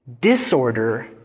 Disorder